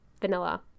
vanilla